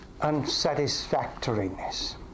unsatisfactoriness